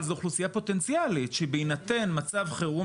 אבל זו אוכלוסייה פוטנציאלית שבהינתן מצב חירום